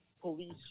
police